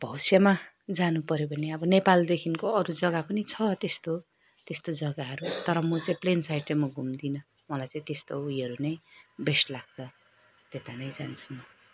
अब भविष्यमा जानुपर्यो भने अब नेपालदेखिको अरू जग्गा पनि छ त्यस्तो त्यस्तो जग्गाहरू तर म चाहिँ प्लेन साइड चाहिँ म घुम्दिनँ मलाई चाहिँ त्यस्तो उयोहरू नै बेस्ट लाग्छ त्यता नै जान्छु म